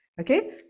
Okay